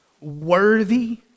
worthy